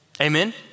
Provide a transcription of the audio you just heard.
Amen